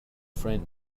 friend